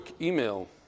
email